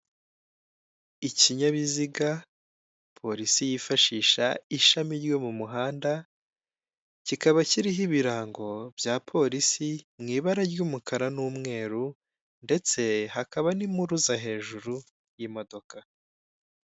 Ikinyabiziga polisi yifashisha ishami ryo mu muhanda, kikaba kiriho ibirango bya polisi mu ibara ry'umukara n'umweru ndetse hakaba n'impuruza hejuru y'imodoka.